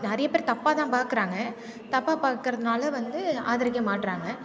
நிறைய பேர் தப்பாக தான் பார்க்கறாங்க தப்பாக பார்க்கறதுனால வந்து ஆதரிக்க மாட்றாங்க